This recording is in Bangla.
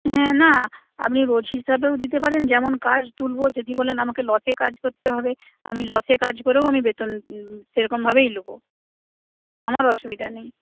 হ্যাঁ না আপনি রোজ হিসাবেও দিতে পারেন যেমন কাজ তুলবো যদি বলেন আমাকে লসে কাজ করতে হবে আমি লসে কাজ করেও আমি বেতন সেরকমভাবেই নেবো আমার অসুবিধা নেই